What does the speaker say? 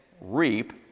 reap